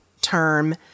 term